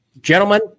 gentlemen